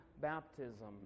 baptism